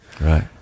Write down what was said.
Right